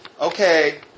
Okay